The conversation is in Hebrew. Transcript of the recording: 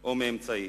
או מאמצעי,